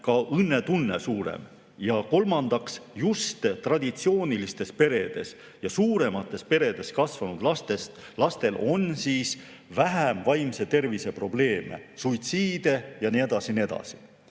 õnnetunne. Ja kolmandaks, just traditsioonilistes peredes ja suuremates peredes kasvanud lastel on vähem vaimse tervise probleeme, suitsiide ja nii edasi ja nii edasi.